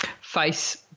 face